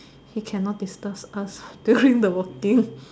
he cannot disturb us during the walking